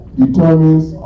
determines